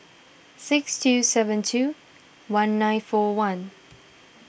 six two seven two one nine four one